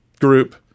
group